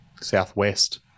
southwest